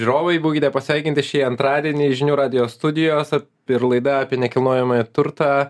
žiūrovai būkite pasveikinti šį antradienį žinių radijo studijos ir laida apie nekilnojamąjį turtą